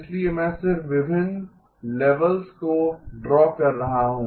इसलिए मैं सिर्फ विभिन्न लेवल्स को ड्रॉ कर रहा हूं